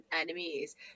enemies